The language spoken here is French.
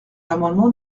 l’amendement